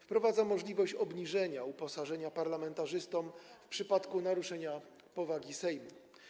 Wprowadza możliwość obniżenia uposażenia parlamentarzystom w przypadku naruszenia powagi Sejmu.